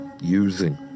using